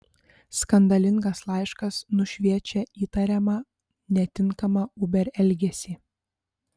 skandalingas laiškas nušviečia įtariamą netinkamą uber elgesį